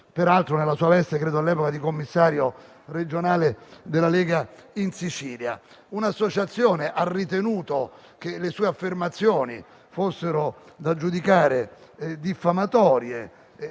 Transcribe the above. all'epoca nella sua veste - credo - di commissario regionale della Lega in Sicilia. Un'associazione ha ritenuto che le sue affermazioni fossero da giudicare diffamatorie